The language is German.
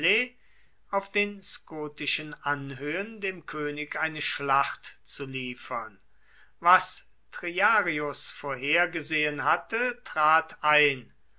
auf den skotischen anhöhen dem könig eine schlacht zu liefern was triarius vorhergesehen hatte trat ein